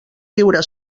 viure